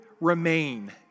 remain